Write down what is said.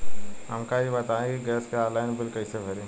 हमका ई बताई कि गैस के ऑनलाइन बिल कइसे भरी?